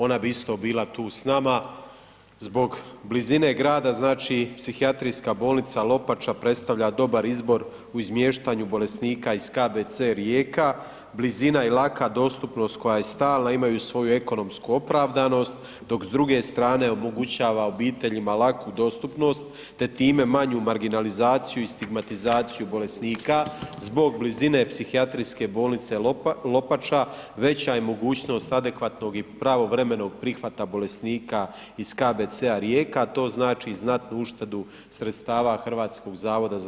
Ona bi isto bila tu s nama zbog blizine grada, znači Psihijatrijska bolnica Lopača predstavlja dobar izbor u izmiještanju bolesnika iz KBC Rijeka, blizina i laka dostupnost koja je stalna, imaju svoju ekonomsku opravdanost, dok s druge strane omogućava obiteljima laku dostupnost te time manju marginalizaciju i stigmatizaciju bolesnika zbog blizine Psihijatrijske bolnice Lopača, veća je mogućnost adekvatnog i pravovremenog prihvata bolesnika iz KBC-a Rijeka, to znači znatnu uštedu sredstava HZZO-a.